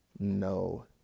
No